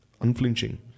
unflinching